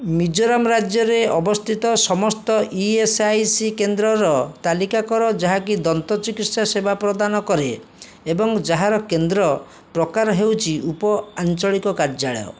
ମିଜୋରାମ୍ ରାଜ୍ୟରେ ଅବସ୍ଥିତ ସମସ୍ତ ଇ ଏସ୍ ଆଇ ସି କେନ୍ଦ୍ରର ତାଲିକା କର ଯାହାକି ଦନ୍ତ ଚିକିତ୍ସା ସେବା ପ୍ରଦାନ କରେ ଏବଂ ଯାହାର କେନ୍ଦ୍ର ପ୍ରକାର ହେଉଛି ଉପ ଆଞ୍ଚଳିକ କାର୍ଯ୍ୟାଳୟ